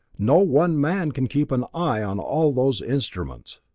no one man can keep an eye on all those instruments.